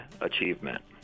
achievement